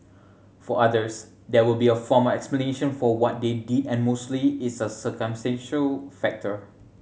for others there will be a form explanation for what they did and mostly it's a circumstantial factor